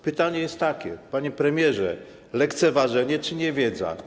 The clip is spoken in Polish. Pytanie jest takie: Panie premierze, lekceważenie czy niewiedza?